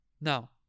Now